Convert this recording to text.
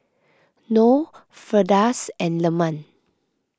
Noh Firdaus and Leman